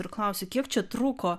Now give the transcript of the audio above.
ir klausiu kiek čia trūko